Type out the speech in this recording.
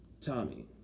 Tommy